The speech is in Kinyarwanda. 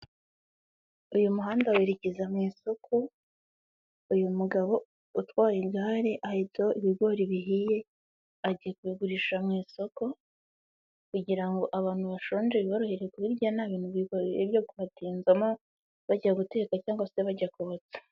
Uyu muhanda werekeza mu isoko, uyu mugabo utwaye igare ahetseho ibigori bihiye agiye kubigurisha mu isoko kugira ngo abantu bashonje birohere kubirya nta bintu bigoye byo kubatinzamo bajya guteka cyangwa se bajya kotsa.